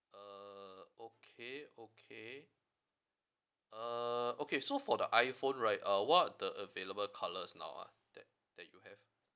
err okay okay uh okay so for the iphone right uh what are the available colours now ah that that you have